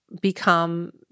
become